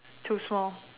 too small